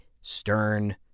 stern